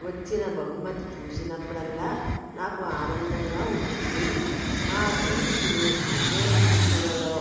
వచ్చిన బహుమతి చూసినప్పుడల్లా నాకు ఆనందంగా ఉంటుంది మా స్నేహితులు బంధువుల ఫంక్షన్లలో